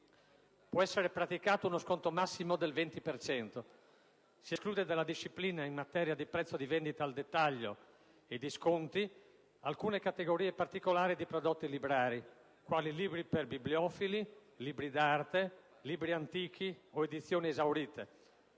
Può essere praticato uno sconto massimo del 20 per cento. Si escludono dalla disciplina in materia di prezzo di vendita al dettaglio e di sconti alcune categorie particolari di prodotti librari, quali libri per bibliofili, libri d'arte, libri antichi o edizioni esaurite,